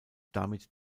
damit